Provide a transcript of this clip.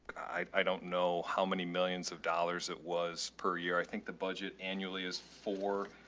i don't know how many millions of dollars it was per year. i think the budget annually is for